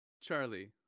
Charlie